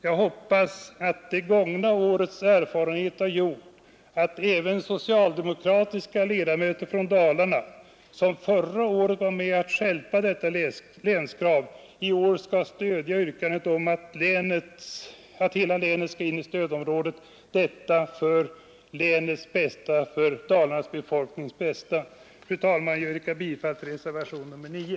Jag hoppas att det gångna årets erfarenheter har gjort att även socialdemokratiska ledamöter från Dalarna, vilka förra året var med om att stjälpa detta länskrav, i år kan stödja yrkandet om att hela länet skall in i stödområdet — detta för folkets bästa i Dalarna. Jag yrkar, fru talman, bifall till reservationen 9.